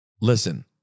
listen